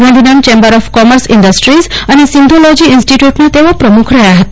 Gandhidham chambers of commerce industries અને Sindhology ઈન્સ્ટીટયુટના તેઓ પ્રમુખ રહયા હતા